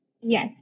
Yes